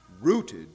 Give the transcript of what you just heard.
rooted